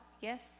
Yes